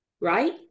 right